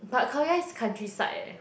but Khao-Yai is countryside eh